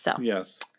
Yes